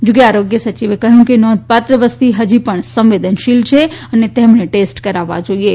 જોકે આરોગ્ય સયિવે કહ્યું હતું કે નોંધપાત્ર વસ્તી હજી પણ સંવેદનશીલ છે અને તેમણે ટેસ્ટ કરાવવા જોઈએ